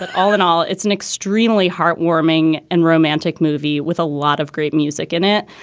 ah all in all, it's an extremely heartwarming and romantic movie with a lot of great music in it.